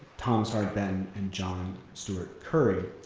thomas hart benton, and john steuart curry.